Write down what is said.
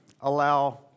allow